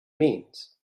means